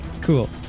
cool